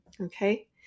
Okay